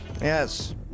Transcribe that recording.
Yes